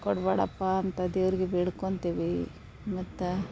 ಕೊಡಬೇಡಪ್ಪ ಅಂತ ದೇವ್ರಿಗೆ ಬೇಡ್ಕೊತಿವಿ ಮತ್ತು